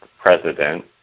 president